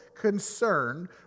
concerned